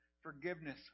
forgiveness